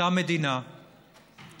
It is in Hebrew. אותה מדינה שהחליטה,